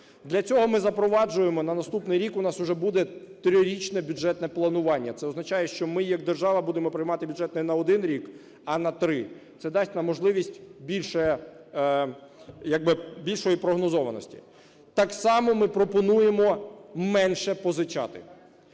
Для цього ми запроваджуємо на наступний рік, у нас уже буде трирічне бюджетне планування. Це означає, що ми як держава будемо приймати бюджет не на один рік, а на три. Це дасть нам можливість більше, як би більшої прогнозованості. Так само ми пропонуємо менше позичати.